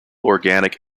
organic